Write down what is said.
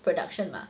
production mah